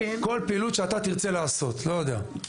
כל פעילות שאתה תרצה לעשות, לא יודע.